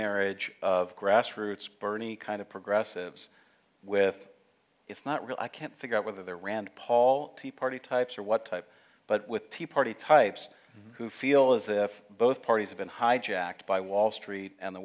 marriage of grassroots bernie kind of progressives with it's not really i can't figure out whether they're rand paul tea party types or what type but with tea party types who feel as if both parties have been hijacked by wall street and the